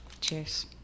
Cheers